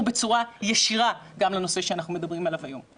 בצורה ישירה גם לנושא שאנחנו מדברים עליו היום.